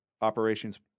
operations